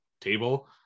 table